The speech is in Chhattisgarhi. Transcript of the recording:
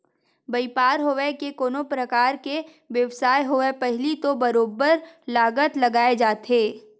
बइपार होवय ते कोनो परकार के बेवसाय होवय पहिली तो बरोबर लागत लगाए जाथे